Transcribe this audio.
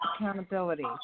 accountability